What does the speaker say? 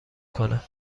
کنم